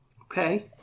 Okay